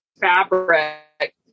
fabric